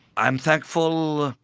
i'm thankful,